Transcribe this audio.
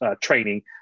training